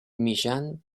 millán